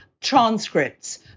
transcripts